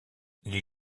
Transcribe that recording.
les